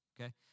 Okay